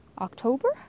October